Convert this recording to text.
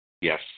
Yes